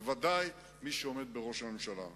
וודאי ממי שעומד בראש הממשלה.